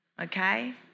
Okay